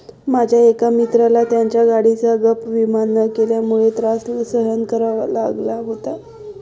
माझ्या एका मित्राला त्याच्या गाडीचा गॅप विमा न केल्यामुळे त्रास सहन करावा लागला होता